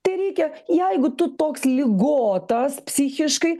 tereikia jeigu tu toks ligotas psichiškai